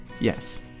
yes